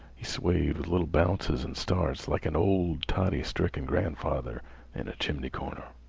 he swayed with little bounces and starts, like an old, toddy-stricken grandfather in a chimney corner.